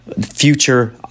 future